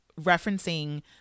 referencing